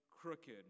crooked